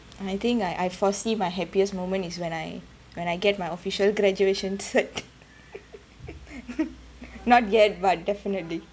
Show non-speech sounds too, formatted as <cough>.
I think I I foresee my happiest moment is when I when I get my official graduation cert <laughs> not yet but definitely